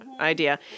idea